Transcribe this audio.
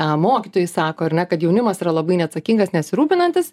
a mokytojai sako ar ne kad jaunimas yra labai neatsakingas nesirūpinantis